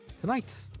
tonight